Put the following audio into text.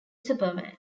superman